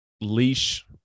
leash